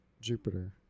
Jupiter